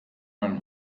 man